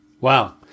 Wow